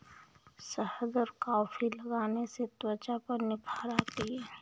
शहद और कॉफी लगाने से त्वचा पर निखार आता है